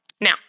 Now